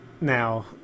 now